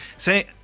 say